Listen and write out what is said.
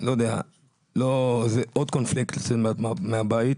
עוד קונפליקט ביציאה מהבית.